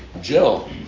Jill